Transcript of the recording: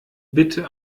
bitte